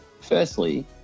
Firstly